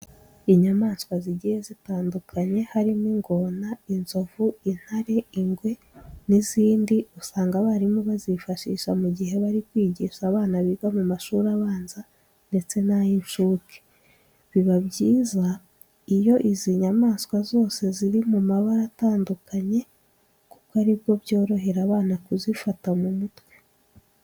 Inyamaswa zigiye zitandukanye harimo ingona, inzovu, intare, ingwe n'izindi usanga abarimu bazifashisha mu gihe bari kwigisha abana biga mu mashuri abanza ndetse n'ay'incuke. Biba byiza iyo izi nyamaswa zose ziri mu mabara atandukanye kuko ari bwo byorohera abana kuzifata mu mutwe.